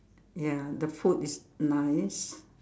ya the food is nice